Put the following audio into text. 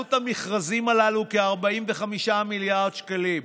ועלות המכרזים הללו כ-45 מיליארד שקלים.